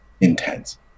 intense